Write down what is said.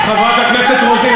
חברת הכנסת רוזין,